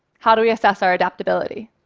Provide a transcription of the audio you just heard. how do we assess our adaptability?